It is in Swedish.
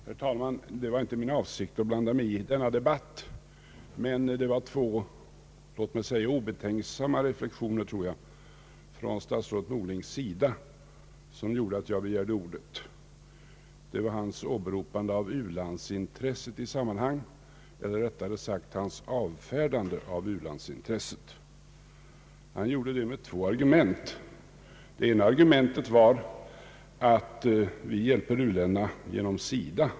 Herr talman! Det var inte min avsikt att blanda mig i denna debatt, men statsrådet Norling gjorde två — låt mig säga obetänksamma — reflexioner som föranledde mig att begära ordet. Han åberopade eller rättare sagt avfärdade u-landsintresset. Han gjorde det med två argument. Det ena argumentet var att vi hjälper u-länderna genom SIDA.